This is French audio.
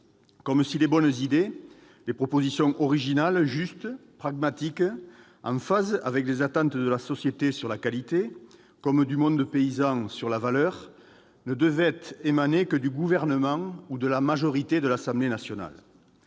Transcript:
comme si les bonnes idées, les propositions originales, justes, pragmatiques, en phase avec les attentes de la société en matière de qualité et du monde paysan en termes de partage de la valeur, ne pouvaient émaner que du Gouvernement et de sa majorité à l'Assemblée nationale.